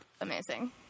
amazing